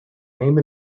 name